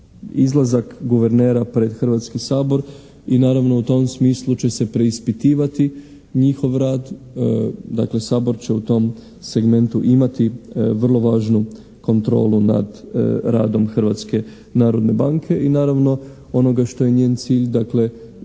izlazak guvernera pred Hrvatski sabor i naravno u tom smislu će se preispitivati njihov rad. Dakle Sabor će u tom segmentu imati vrlo važnu kontrolu nad radom Hrvatske narodne banke i naravno onoga što je njen cilj dakle